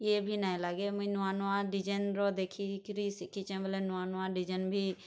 ଇଏ ବି ନାହିଁ ଲାଗେ ମୁଁ ନୂଆ ନୂଆ ଡିଜାଇନ୍ର ଦେଖି କିରି ଶିଖିଚେ ବୋଲେ ନୂଆ ନୂଆ ଡିଜାଇନ୍ ବି